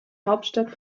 hauptstadt